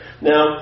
Now